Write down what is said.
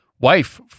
wife